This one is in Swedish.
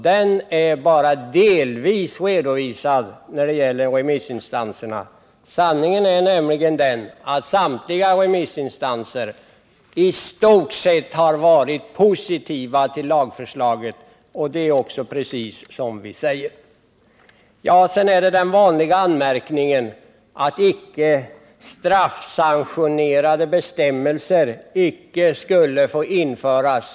Den kom bara delvis fram i Allan Åkerlinds redovisning av remissyttrandena. Sanningen är nämligen den att samtliga remissinstanser i stort sett har varit positiva till lagförslaget, och det har vi också framhållit här. Sedan framförde Allan Åkerlind den vanliga anmärkningen att icke straffsanktionerade bestämmelser inte får införas.